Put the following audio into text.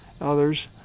others